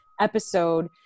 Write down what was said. episode